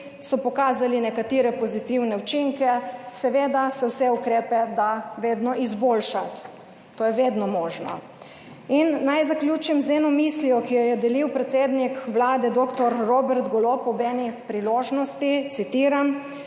so pokazali nekatere pozitivne učinke, seveda se vse ukrepe da vedno izboljšati, to je vedno možno. In naj zaključim z eno mislijo ki jo je delil predsednik vlade dr. Robert Golob ob eni priložnosti. Citiram: